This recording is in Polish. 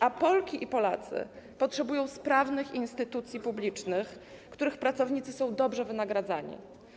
a Polki i Polacy potrzebują sprawnych instytucji publicznych, których pracownicy są dobrze wynagradzani.